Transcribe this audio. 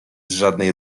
żadnej